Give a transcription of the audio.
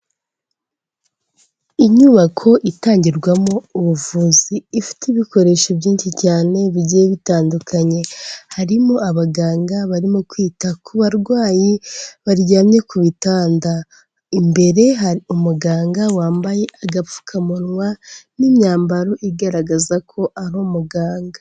Inyubako itangirwamo ubuvuzi ifite ibikoresho byinshi cyane bigiye bitandukanye, harimo abaganga barimo kwita ku barwayi baryamye ku bitanda imbere hari umuganga wambaye agapfukamunwa n'imyambaro igaragaza ko ari umuganga.